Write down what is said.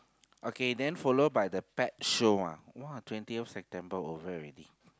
okay then follow by the pet show ah !wah! twentieth September over already